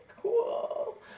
cool